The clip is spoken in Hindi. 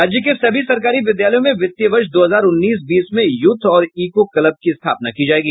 राज्य के सभी सरकारी विद्यालयों में वित्तीय वर्ष दो हजार उन्नीस बीस में यूथ और ईको क्लब की स्थापना की जायेगी